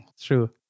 true